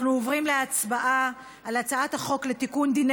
אנחנו עוברים להצבעה על הצעת החוק לתיקון דיני